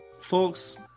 folks